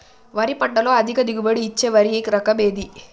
వరి పంట లో అధిక దిగుబడి ఇచ్చే వరి రకం ఏది?